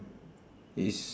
is